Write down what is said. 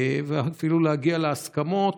ואפילו להגיע להסכמות,